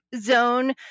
zone